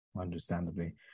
Understandably